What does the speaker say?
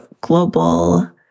global